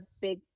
big